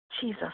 Jesus